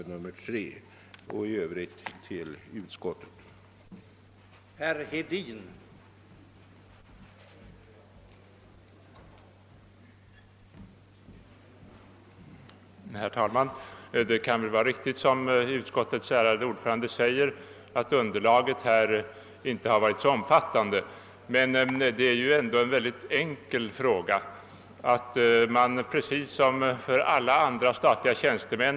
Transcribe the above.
I Övrigt yrkar jag bifall till utskottets hemställan.